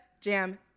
jam